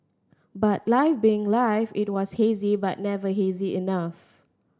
but life being life it was hazy but never hazy enough